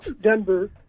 Denver